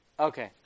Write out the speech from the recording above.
Okay